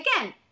Again